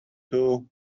too